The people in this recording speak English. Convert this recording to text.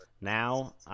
Now